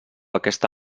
aquesta